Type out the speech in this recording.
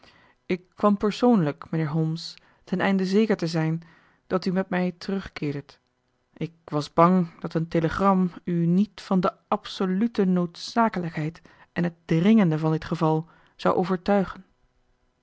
ik kwam persoonlijk mijnheer holmes ten einde zeker te zijn dat u met mij terugkeerdet ik was bang dat een telegram u niet van de absolute noodzakelijkheid en het dringende van dit geval zou overtuigen